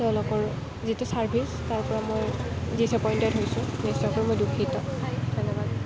তেওঁলোকৰ যিটো চাৰ্ভিছ তাৰপৰা মই ডিছএপইণ্টেড হৈছোঁ নিশ্চয়কৈ মই দুখিত ধন্যবাদ